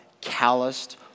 calloused